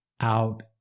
out